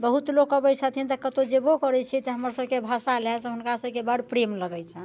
बहुत लोक अबै छथिन तऽ कतौ जेबो करै छियै तऽ हमर सबके भाषा लए हुनका सबके बड़ प्रेम लगै छनि